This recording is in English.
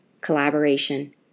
collaboration